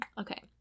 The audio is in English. Okay